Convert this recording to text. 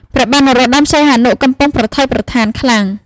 ព្រះបាទនរោត្តម សីហនុកំពុងប្រថុយប្រថានខ្លាំង។